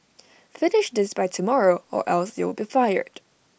finish this by tomorrow or else you'll be fired